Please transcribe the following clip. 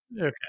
Okay